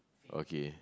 okay